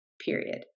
Period